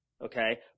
okay